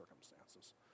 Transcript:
circumstances